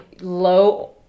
low